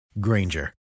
Granger